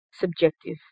subjective